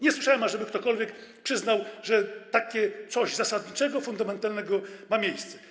Nie słyszałem, ażeby ktokolwiek przyznał, że coś takiego zasadniczego, fundamentalnego ma miejsce.